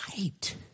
right